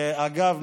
אגב,